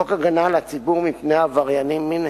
חוק הגנה על הציבור מפני עברייני מין,